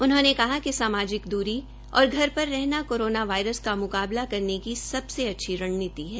उन्होंने कहा कि सामाजिक दूरी और घर पर रहना कोरोना वायरस का मुकाबला करने की सबसे अच्छी रणनीति है